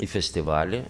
į festivalį